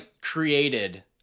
created